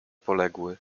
poległy